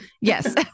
yes